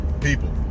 people